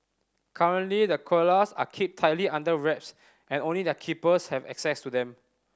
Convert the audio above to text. currently the koalas are kept tightly under wraps and only their keepers have access to them